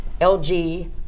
LG